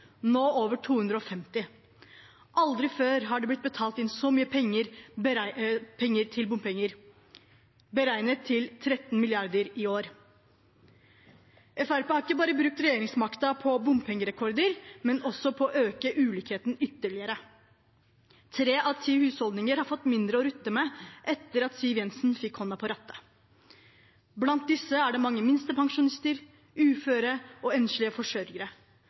nå over 250. Aldri før har det blitt betalt inn så mye bompenger, beregnet til 13 mrd. kr i år. Fremskrittspartiet har ikke bare brukt regjeringsmakten på bompengerekorder, men også på å øke ulikhetene ytterligere. Tre av ti husholdninger har fått mindre å rutte med etter at Siv Jensen fikk hånden på rattet. Blant disse er det mange minstepensjonister, uføre og enslige forsørgere.